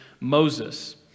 Moses